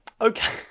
Okay